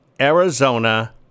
Arizona